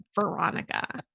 Veronica